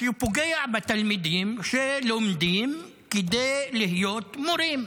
כי היא פוגעת בתלמידים שלומדים כדי להיות מורים.